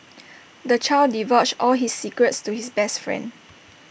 the child divulged all his secrets to his best friend